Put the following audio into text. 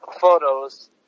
photos